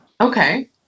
okay